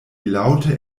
laŭte